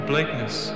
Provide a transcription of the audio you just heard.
Blakeness